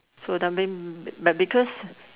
so that mean may because